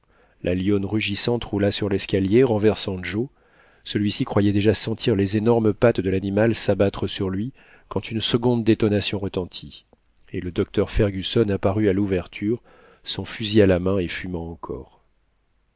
la lionne rugissante roula sur l'escalier renversant joe celui-ci croyait déjà sentir les énormes pattes de l'animal s'abattre sur lui quand une seconde détonation retentit et le docteur fergusson apparut à l'ouverture son fusil à la main et fumant encore